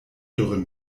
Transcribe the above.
dürren